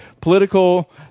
political